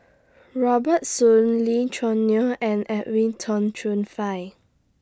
Robert Soon Lee Choo Neo and Edwin Tong Chun Fai